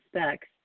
specs